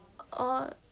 or